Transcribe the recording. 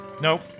Nope